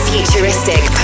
Futuristic